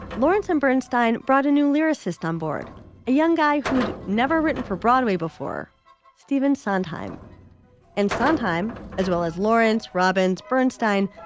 lawrence m. bernstein brought a new lyricist onboard a young guy who'd never written for broadway before stephen sondheim and sondheim as well as lawrence robbins bernstein.